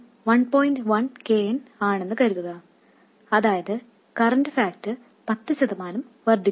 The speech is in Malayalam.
1 K n ആണെന്ന് കരുതുക അതായത് കറൻറ് ഫാക്ടർ 10 ശതമാനം വർദ്ധിക്കുന്നത്